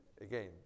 Again